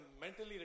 mentally